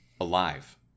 alive